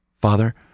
Father